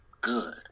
good